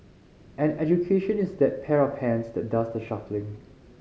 and education is that pair of hands that does the shuffling